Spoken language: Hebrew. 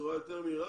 בצורה יותר מהירה.